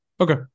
Okay